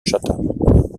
chatham